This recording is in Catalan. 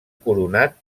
coronat